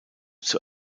zur